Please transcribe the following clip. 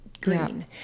green